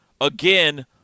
Again